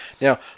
Now